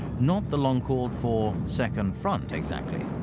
not the long-called-for second front, exactly.